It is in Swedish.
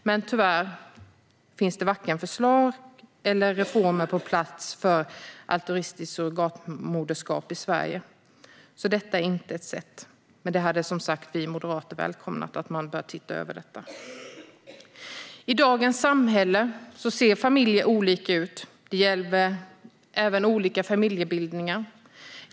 Men tyvärr finns varken förslag eller reformer på plats för altruistiskt surrogatmoderskap i Sverige. Det är alltså inte ett tillgängligt sätt, och vi moderater hade välkomnat att man hade börjat se över detta. I dagens samhälle ser familjer olika ut. Det gäller även olika familjebildningar.